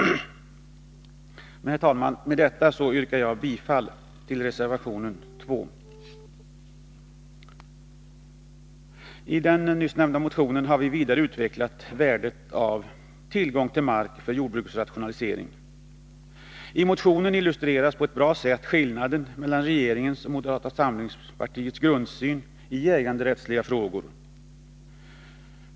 Herr talman! Med detta yrkar jag bifall till reservation nr 2. I den nyss nämnda motionen har vi vidare utvecklat frågan om betydelsen av att ha tillgång till mark för jordbrukets rationalisering. I motionen illustreras på ett bra sätt skillnaden mellan regeringens och moderata samlingspartiets grundsyn i äganderättsliga frågor.